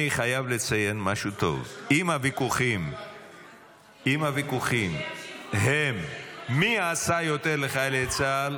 אני חייב לציין משהו טוב: אם הוויכוחים הם מי עשה יותר לחיילי צה"ל,